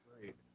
great